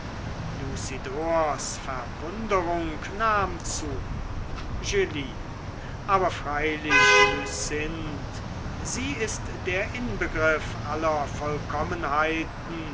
nahm zu julie aber freilich lucinde sie ist der inbegriff aller vollkommenheiten